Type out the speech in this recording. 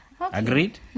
Agreed